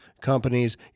companies